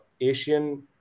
Asian